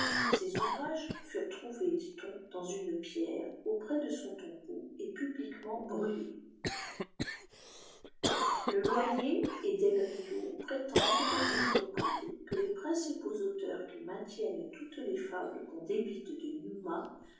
ces ouvrages furent trouvée dit oà déins une pierre auprès de son toubeau et pubuquelnet brftléâl lé loyer et delrio prétendent d'un autre c que les prii cipaux syueurs qui maintiennent toutes les foues qu'on débite de